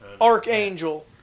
archangel